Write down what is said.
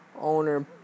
owner